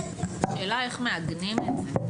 השאלה איך מעגנים את זה.